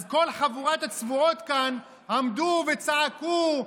אז כל חבורת הצבועות כאן עמדו וצעקו,